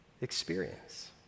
experience